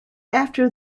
after